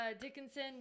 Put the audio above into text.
Dickinson